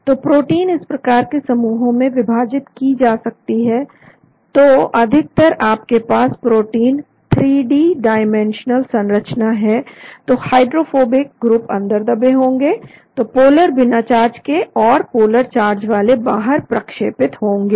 तो प्रोटीन इस प्रकार के समूहों में विभाजित की जा सकती है तो अधिकतर यदि आपके पास प्रोटीन 3 थ्री डाइमेंशनल संरचना है तो हाइड्रोफोबिक ग्रुप अंदर दबे होंगे तो पोलर बिना चार्ज के और पोलर चार्ज वाले बाहर प्रक्षेपित होंगे